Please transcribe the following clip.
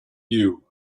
you